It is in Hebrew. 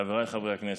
חבריי חברי הכנסת,